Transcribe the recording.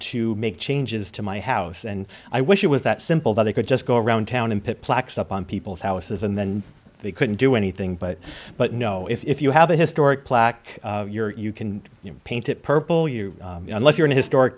to make changes to my house and i wish it was that simple that i could just go around town and pick plaques up on people's houses and then they couldn't do anything but but no if you have a historic plaque you're you can paint it purple you unless you're in a historic